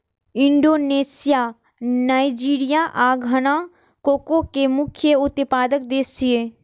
Indonesia, Nigeria आ Ghana cocoa के मुख्य उत्पादक देश छियै